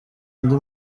andi